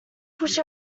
push